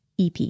EP